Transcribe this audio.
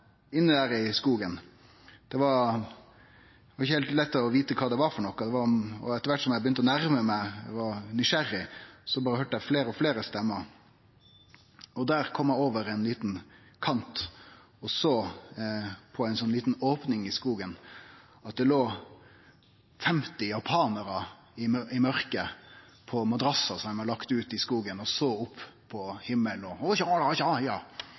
i skogen. Det var ikkje heilt lett å vite kva det var for noko, og etter kvart som eg begynte å nærme meg, eg var nysgjerrig, så høyrde eg berre fleire og fleire stemmer. Og der kom eg over ein liten kant og såg, på ei sånn lita opning i skogen, at det låg 50 japanarar i mørket på madrassar dei hadde lagt ut i skogen. Dei såg opp på himmelen og «ho-cha nyo-cha hya» – utan hån, eg kan ikkje